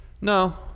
No